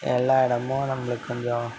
எல்லா எடமும் நம்மளுக்கு கொஞ்சம்